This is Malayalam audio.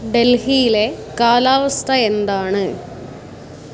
ഡൽഹിയിലെ കാലാവസ്ഥ എന്താണ്